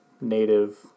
native